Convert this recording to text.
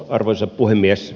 arvoisa puhemies